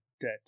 debt